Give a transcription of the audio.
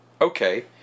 Okay